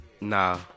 Nah